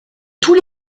tous